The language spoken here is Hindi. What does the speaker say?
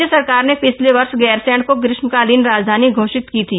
राज्य सरकार ने पिछले वर्ष गैरसैंण को ग्रीष्मकालीन राजधानी घोषित की थी